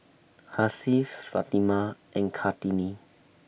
Hasif Fatimah and Kartini